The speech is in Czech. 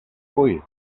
spojit